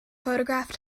photograph